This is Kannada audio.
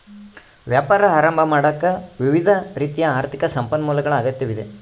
ವ್ಯಾಪಾರ ಆರಂಭ ಮಾಡಾಕ ವಿವಿಧ ರೀತಿಯ ಆರ್ಥಿಕ ಸಂಪನ್ಮೂಲಗಳ ಅಗತ್ಯವಿದೆ